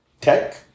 tech